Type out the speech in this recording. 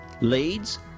Leads